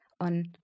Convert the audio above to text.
on